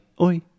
oi